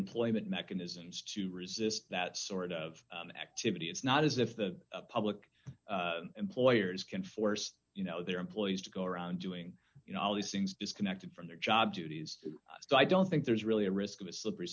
employment mechanisms to resist that sort of activity it's not as if the public employers can force you know their employees to go around doing you know all these things disconnected from their job duties so i don't think there's really a risk of a slippery